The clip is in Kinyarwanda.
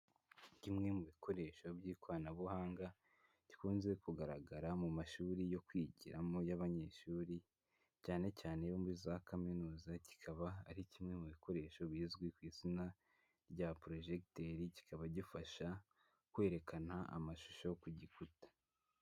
Kimwe mu bikoresho by'ikoranabuhanga, gikunze kugaragara mu mashuri yo kwigiramo y'abanyeshuri, cyane cyane ayo muri za kaminuza, kikaba ari kimwe mu bikoresho bizwi ku izina rya projecteur kikaba gifasha, kwerekana amashusho ku gikuta.